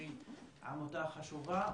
שהיא עמותה חשובה,